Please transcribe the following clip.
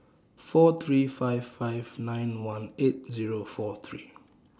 four three five five nine one eight Zero four three